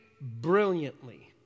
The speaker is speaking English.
brilliantly